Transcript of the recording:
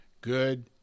good